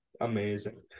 Amazing